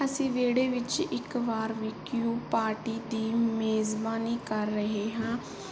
ਅਸੀਂ ਵਿਹੜੇ ਵਿੱਚ ਇੱਕ ਬਾਰ ਵੀ ਕਿਊ ਪਾਰਟੀ ਦੀ ਮੇਜ਼ਬਾਨੀ ਕਰ ਰਹੇ ਹਾਂ